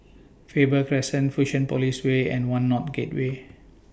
Faber Crescent Fusionopolis Way and one North Gateway